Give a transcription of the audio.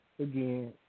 again